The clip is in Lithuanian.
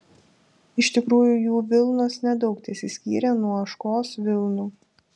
iš tikrųjų jų vilnos nedaug tesiskyrė nuo ožkos vilnų